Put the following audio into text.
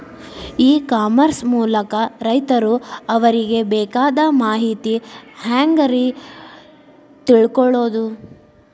E commerce ಮೂಲಕ ರೈತರು ಅವರಿಗೆ ಬೇಕಾದ ಮಾಹಿತಿ ಹ್ಯಾಂಗ ರೇ ತಿಳ್ಕೊಳೋದು?